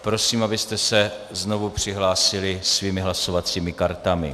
Prosím, abyste se znovu přihlásili svými hlasovacími kartami.